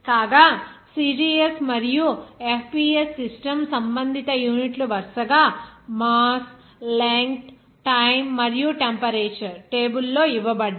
కాగా CGS మరియు FPS system సంబంధిత యూనిట్లు వరుసగా మాస్ లెంగ్త్ టైమ్ మరియు టెంపరేచర్ టేబుల్ లో ఇవ్వబడ్డాయి